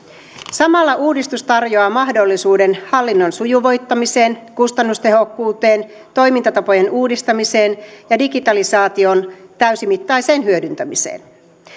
samalla uudistus tarjoaa mahdollisuuden hallinnon sujuvoittamiseen kustannustehokkuuteen toimintatapojen uudistamiseen ja digitalisaation täysimittaiseen hyödyntämiseen